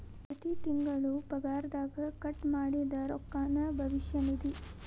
ಪ್ರತಿ ತಿಂಗಳು ಪಗಾರದಗ ಕಟ್ ಮಾಡಿದ್ದ ರೊಕ್ಕಾನ ಭವಿಷ್ಯ ನಿಧಿ